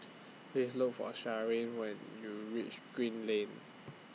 Please Look For Sharleen when YOU REACH Green Lane